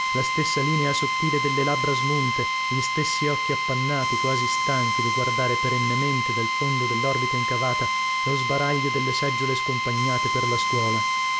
la stessa linea sottile delle labbra smunte gli stessi occhi appannati quasi stanchi di guardare perennemente dal fondo dellorbita incavata lo sbaraglio delle seggiole scompagnate per la scuola